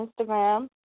Instagram